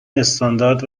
استاندارد